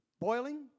boiling